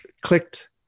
clicked